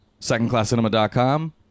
SecondClassCinema.com